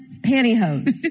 pantyhose